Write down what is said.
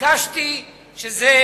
ביקשתי שזה